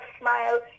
smile